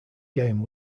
game